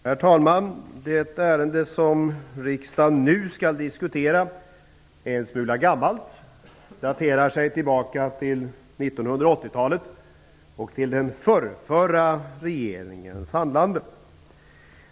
Herr talman! Det ärende som riksdagen nu skall diskutera är en smula gammalt. Det daterar sig till 1980-talet och till den förrförra regeringens handlande.